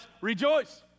Rejoice